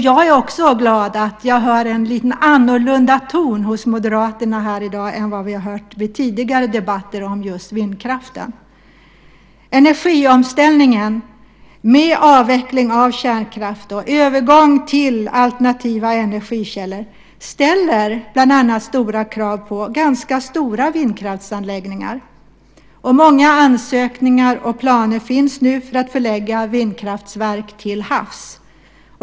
Jag är också glad att jag hör en lite annorlunda ton hos moderaterna här i dag än vad vi har hört i tidigare debatter om just vindkraften. Energiomställningen med avveckling av kärnkraft och övergång till alternativa energikällor ställer bland annat stora krav på ganska omfattande vindkraftsanläggningar. Många ansökningar och planer finns nu för att förlägga vindkraftverk till havs.